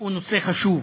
הוא נושא חשוב.